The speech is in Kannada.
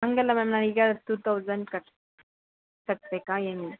ಹಂಗಲ್ಲ ಮ್ಯಾಮ್ ನಾ ಈಗ ಟು ತೌಸಂಡ್ ಕಟ್ಟು ಕಟ್ಟಬೇಕಾ ಏನು